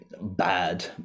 bad